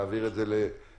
נעביר את זה לבט"פ.